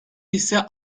ise